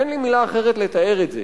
אין לי מלה אחרת לתאר את זה.